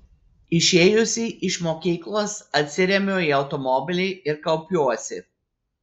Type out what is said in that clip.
išėjusi iš mokyklos atsiremiu į automobilį ir kaupiuosi